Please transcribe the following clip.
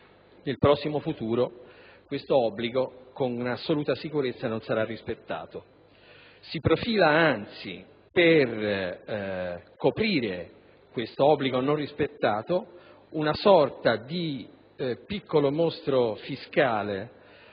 nel prossimo futuro questo obbligo con assoluta sicurezza non sarà rispettato; anzi, per coprire l'obbligo non rispettato, si profila una sorta di piccolo mostro fiscale